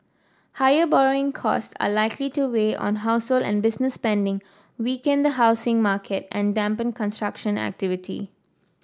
higher borrowing costs are likely to weigh on household and business spending weaken the housing market and dampen construction activity